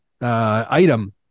item